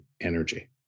energy